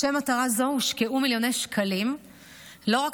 לשם מטרה זו הושקעו מיליוני שקלים לא רק